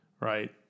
right